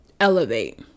elevate